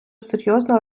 серйозна